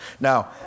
Now